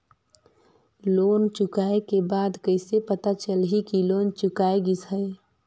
Loan चुकाय के बाद कइसे पता चलही कि लोन चुकाय गिस है?